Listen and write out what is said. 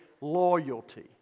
loyalty